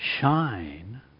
shine